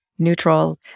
Neutral